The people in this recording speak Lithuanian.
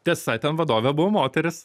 tiesa ten vadovė buvo moteris